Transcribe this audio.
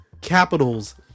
capitals